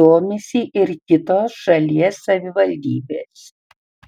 domisi ir kitos šalies savivaldybės